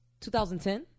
2010